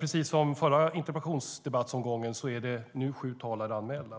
Liksom i förra interpellationsdebatten är det nu sju talare anmälda.